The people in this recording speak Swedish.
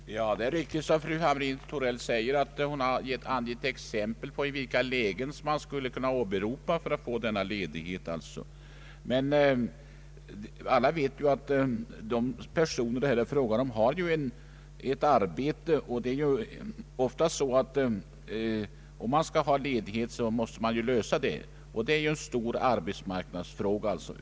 Herr talman! Det är riktigt som fru Hamrin-Thorell säger att hon har angivit exempel på vad man skulle kunna åberopa för att få denna ledighet. Men alla vet att de personer det här är fråga om har arbeten, och om man skall ha ledighet är det ofta en arbetsmarknadsfråga.